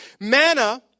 manna